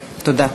תודה.